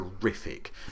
terrific